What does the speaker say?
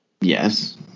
Yes